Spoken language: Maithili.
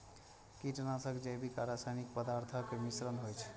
कीटनाशक जैविक आ रासायनिक पदार्थक मिश्रण होइ छै